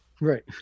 right